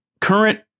current